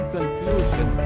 conclusion